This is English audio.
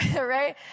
right